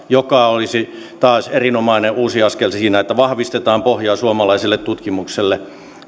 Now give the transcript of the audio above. joka olisi taas erinomainen uusi askel siinä että vahvistetaan pohjaa suomalaiselle tutkimukselle